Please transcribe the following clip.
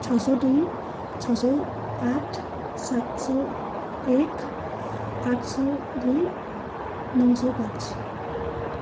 छ सौ दुई छ सौ आठ सात सौ एक आठ सौ दुई नौ सौ पाँच